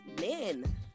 men